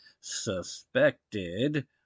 suspected